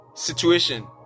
Situation